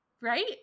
right